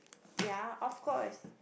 ya of course